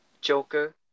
Joker